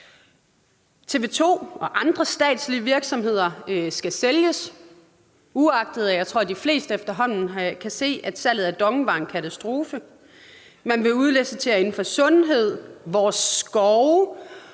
TV 2 og andre statslige virksomheder skal sælges, uagtet at jeg tror, de fleste efterhånden kan se, at salget af DONG var en katastrofe. Man vil udlicitere inden for sundhed, vores skove,